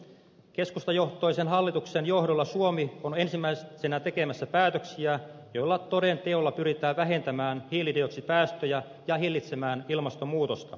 keskustajohtoisen hallituksen johdolla suomi on ensimmäisenä tekemässä päätöksiä joilla todenteolla pyritään vähentämään hiilidioksidipäästöjä ja hillitsemään ilmastonmuutosta